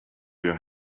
your